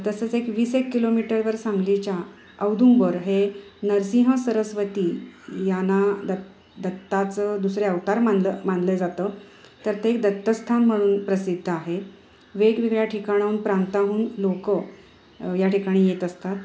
तसंच एक वीस एक किलोमीटरवर सांगलीच्या औदुंबर हे नरसिंह सरस्वती यांना दत् दत्ताचं दुसरे अवतार मानलं मानलं जातं तर ते एक दत्तस्थान म्हणून प्रसिद्ध आहे वेगवेगळ्या ठिकाणाहून प्रांताहून लोकं या ठिकाणी येत असतात